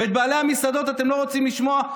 ואת בעלי המסעדות אתם לא רוצים לשמוע.